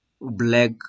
black